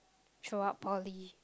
show up early